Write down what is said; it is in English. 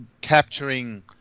capturing